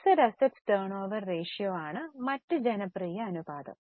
fixed asset turnover ratio ആണ് മറ്റ് ജനപ്രിയ അനുപാതം